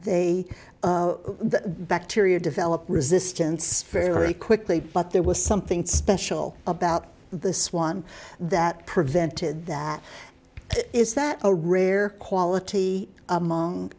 they the bacteria develop resistance very quickly but there was something special about this one that prevented that is that a rare quality among